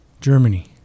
Germany